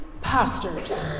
pastors